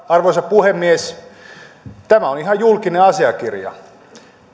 arvoisa puhemies tämä on ihan julkinen asiakirja